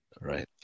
right